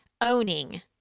owning